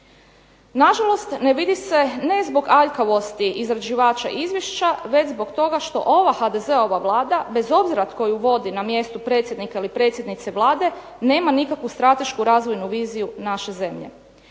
Na žalost ne vidi se ne zbog aljkavosti izrađivača izvješća, već zbog toga što ova HDZ-ova Vlada bez obzira tko je vodi na mjestu predsjednika ili predsjednice Vlade nema nikakvu stratešku razvojnu viziju naše zemlje.